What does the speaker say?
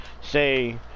say